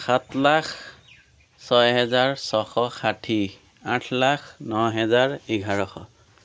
সাত লাখ ছয় হেজাৰ ছশ ষাঠি আঠ লাখ ন হেজাৰ এঘাৰশ